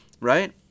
right